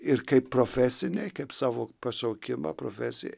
ir kaip profesinėj kaip savo pašaukimą profesiją